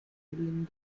ruling